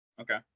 Okay